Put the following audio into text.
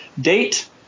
Date